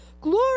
Glory